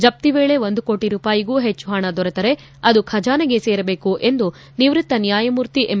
ಜಪ್ತಿ ವೇಳೆ ಒಂದು ಕೋಟಿ ರೂಪಾಯಿಗೂ ಹೆಚ್ಚು ಹಣ ದೊರೆತರೆ ಅದು ಖಜಾನೆಗೆ ಸೇರಬೇಕು ಎಂದು ನಿವ್ವತ್ತ ನ್ಯಾಯಮೂರ್ತಿ ಎಂ